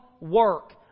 work